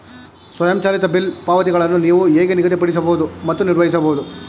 ಸ್ವಯಂಚಾಲಿತ ಬಿಲ್ ಪಾವತಿಗಳನ್ನು ನೀವು ಹೇಗೆ ನಿಗದಿಪಡಿಸಬಹುದು ಮತ್ತು ನಿರ್ವಹಿಸಬಹುದು?